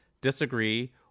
disagree